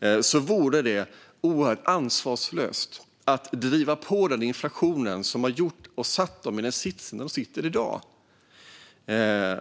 Det vore oerhört ansvarslöst att driva på den inflation som har satt dem i den sits de i dag sitter i.